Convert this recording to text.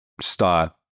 start